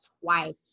twice